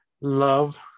Love